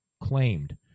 claimed